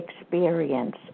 experience